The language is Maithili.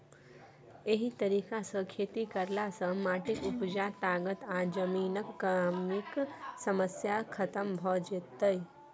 एहि तरीका सँ खेती करला सँ माटिक उपजा ताकत आ जमीनक कमीक समस्या खतम भ जेतै